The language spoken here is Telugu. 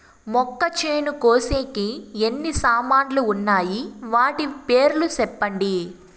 మొక్కచేను కోసేకి ఎన్ని సామాన్లు వున్నాయి? వాటి పేర్లు సెప్పండి?